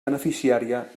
beneficiària